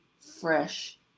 fresh